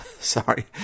Sorry